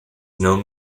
known